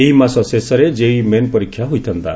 ଏହି ମାସ ଶେଷରେ ଜେଇଇ ମେନ୍ ପରୀକ୍ଷା ହୋଇଥାନ୍ତା